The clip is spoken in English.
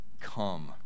come